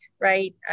right